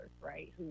right